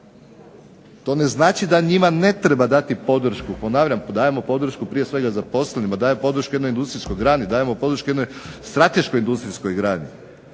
To ne znači da njima ne treba dati podršku, ponavljam, dajmo podršku prije svega zaposlenima, dajmo podršku jednoj industrijskoj grani, dajmo podršku jednoj strateškog industrijskoj grani.